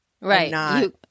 Right